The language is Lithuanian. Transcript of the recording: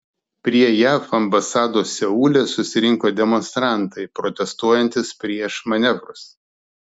prie jav ambasados seule susirinko demonstrantai protestuojantys prieš manevrus